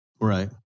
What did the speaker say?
right